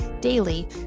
daily